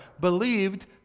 believed